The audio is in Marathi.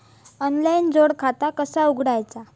ऑनलाइन जोड खाता कसा उघडायचा?